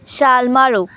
ਛਾਲ ਮਾਰੋ